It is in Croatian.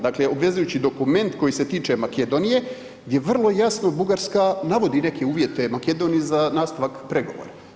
Dakle, obvezujući dokument koji se tiče Makedonije, gdje vrlo jasno Bugarska navodi neke uvjete Makedoniji za nastavak pregovora.